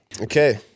Okay